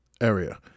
area